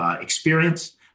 experience